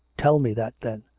tell me that, then!